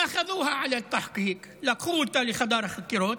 (אומר בערבית ומתרגם:) לקחו אותה לחדר החקירות.